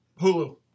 Hulu